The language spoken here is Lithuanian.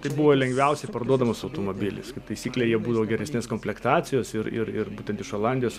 tai buvo lengviausiai parduodamas automobilis kaip taisyklė jie būdavo geresnės komplektacijos ir ir ir būtent iš olandijos